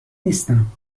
نیستم